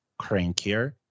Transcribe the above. crankier